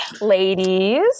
ladies